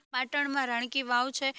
પાટણમાં રાણકી વાવ છે